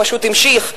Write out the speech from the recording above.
הוא פשוט המשיך,